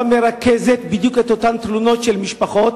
מרכזת בדיוק את אותן תלונות של משפחות,